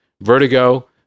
Vertigo